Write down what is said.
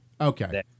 Okay